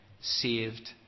saved